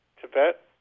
Tibet